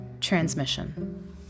transmission